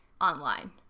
online